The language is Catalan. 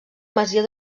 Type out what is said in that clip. masia